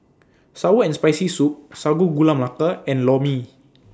Sour and Spicy Soup Sago Gula Melaka and Lor Mee